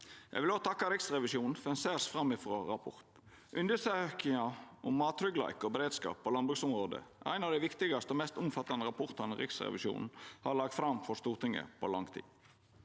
Eg vil òg takka Riksrevisjonen for ein særs framifrå rapport. Undersøkinga om mattryggleik og beredskap på landbruksområdet er ein av dei viktigaste og mest omfattande rapportane Riksrevisjonen har lagt fram for Stortinget på lang tid.